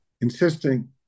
insisting